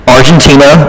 Argentina